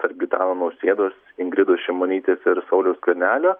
tarp gitano nausėdos ingridos šimonytės ir sauliaus skvernelio